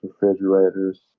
refrigerators